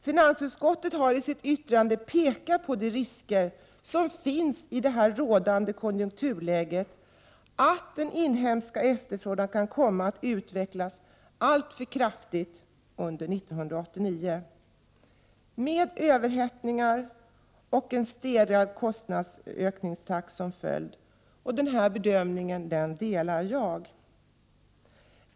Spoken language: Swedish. Finansutskottet har i sitt yttrande pekat på de risker som finns i rådande konjunkturläge för att den inhemska efterfrågan kan komma att utvecklas alltför kraftigt under 1989, med överhettning och en stegrad kostnadsökningstakt som följd. Den bedömningen delar jag.